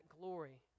glory